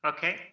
Okay